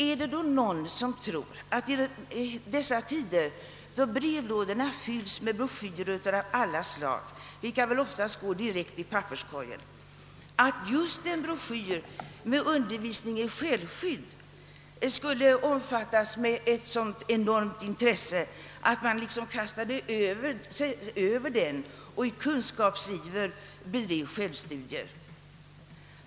Är det någon som tror att i dessa tider, då brevlådorna fylls med broschyrer av alla slag, vilka väl oftast går direkt i papperskorgen, just en broschyr om undervisning i självskydd skulle omfattas med ett så enormt intresse, att man skulle kasta sig över den och med kunskapsiver bedriva = självstudier?